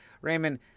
Raymond